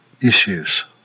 issues